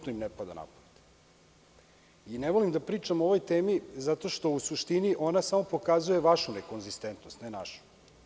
Ne volim da pričam o ovoj temi zato što u suštini ona samo pokazuje vašu nekonzistentnost, a ne našu.